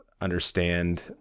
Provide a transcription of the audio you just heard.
understand